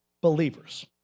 believers